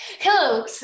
Hello